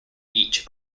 each